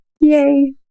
Yay